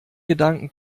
gedanken